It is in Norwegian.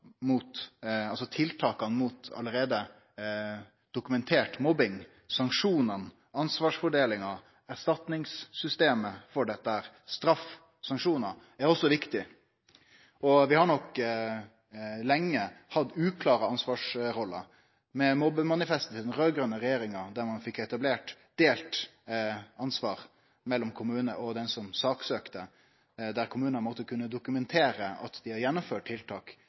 ansvarsfordelinga, erstatningssystemet, straffesanksjonane, er også viktig, og vi har nok lenge hatt uklare ansvarsroller. Mobbemanifestet til den raud-grøne regjeringa der ein fekk etablert delt ansvar mellom kommune og den som saksøkte, der kommunane måtte kunne dokumentere at dei har gjennomført tiltak